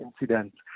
incidents